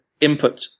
input